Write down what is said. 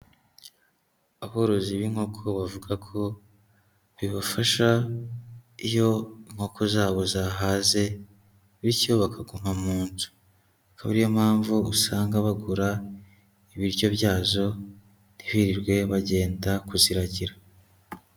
Aborozi b'inkoko bavuga ko bibafasha iyo inkoko zabo zahaze bityo bakaguma mu nzu akaba ari yo mpamvu usanga bagura ibiryo byazo ntibirirwe bagenda kuziragira.